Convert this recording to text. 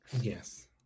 Yes